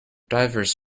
divers